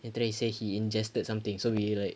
then after that he said he ingested something so we like